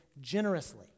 generously